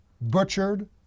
butchered